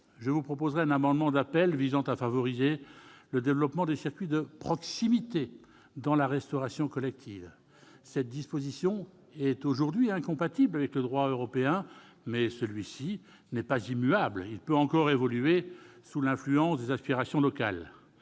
Je défendrai un amendement d'appel tendant à favoriser le développement des circuits de proximité dans la restauration collective. Cette disposition est aujourd'hui incompatible avec le droit européen, mais celui-ci n'est pas immuable : il peut encore évoluer, sous l'influence des aspirations locales.